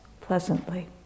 Pleasantly